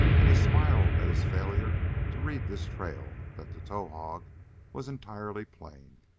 and he smiled at his failure to read this trail that to towahg was entirely plain.